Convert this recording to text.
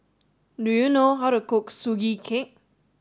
do you know how to cook Sugee Cake